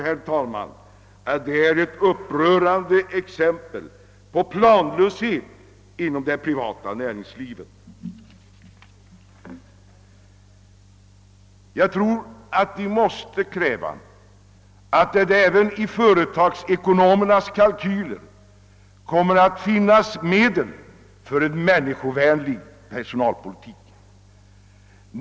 Detta tycker jag är ett upprörande exempel på planlöshet inom det privata näringslivet. Vi måste kräva att det i företagsekonomernas kalkyler finns medel upptagna för en människovänlig personalpolitik.